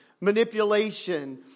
manipulation